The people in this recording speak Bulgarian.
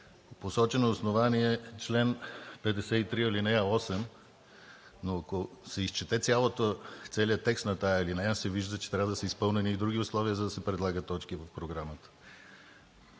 Посочено е основание чл. 53, ал. 8, но ако се изчете целият текст на тази алинея, се вижда, че трябва да са изпълнени и други условия, за да се предлагат точки в Програмата.